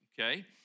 Okay